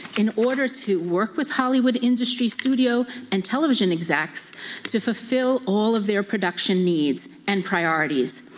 in order to work with hollywood industry studio and television execs to fulfill all of their production needs and priorities.